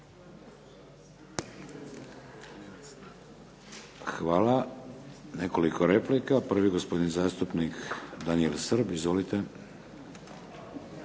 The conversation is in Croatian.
Hvala. Nekoliko replika. Prvi gospodin zastupnik Daniel Srb. Izvolite.